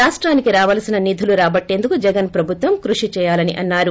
రాష్టానికి రావలసిన నిధులు రాబట్టేందుకు జగన్ ప్రభుత్వం కృషి చేయాలని అన్నారు